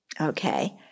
okay